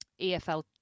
EFL